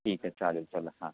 ठीक आहे चालेल चला हां